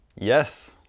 Yes